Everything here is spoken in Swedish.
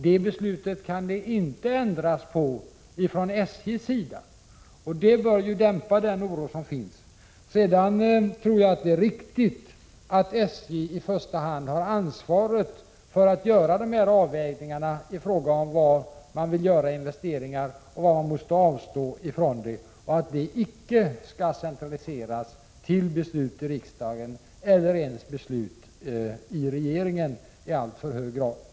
Det beslutet kan inte ändras från SJ:s sida. Detta bör alltså dämpa den oro som finns. Sedan tror jag att det är riktigt att det är SJ som i första hand har ansvaret för de avvägningar som behövs — var man skall göra investeringar och var man måste avstå från dem. Sådant skall inte i alltför hög grad centraliseras till beslut i riksdagen, ja, inte ens till beslut i regeringen.